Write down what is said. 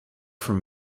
from